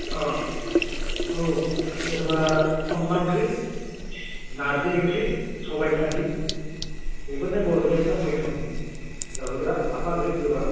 औ जेनेबा अनला ओंख्रि नार्जि ओंख्रि सबाय खारि बेफोरनो बर'नि एकदम मैखोम जाबोग्रा लाफा ओंख्रि गोबाब